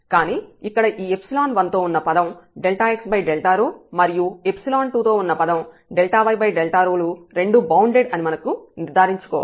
కానీ ఇక్కడ ఈ 1 తో ఉన్న పదం x మరియు 2 తో ఉన్న పదం y లు రెండూ బౌండెడ్ అని మనం నిర్ధారించుకోవాలి